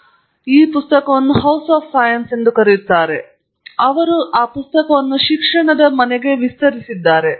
ಅವನು ಇದನ್ನು ರೂಪಿಸುವ ರೂಪಕವನ್ನು ಅವರು ಹೌಸ್ ಆಫ್ ಸೈನ್ಸ್ ಎಂದು ಕರೆಯುತ್ತಾರೆ ನಾನು ಅದನ್ನು ಶಿಕ್ಷಣದ ಮನೆಗೆ ವಿಸ್ತರಿಸಿದೆ